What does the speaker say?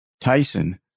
Tyson